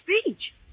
speech